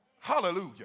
Hallelujah